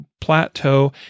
plateau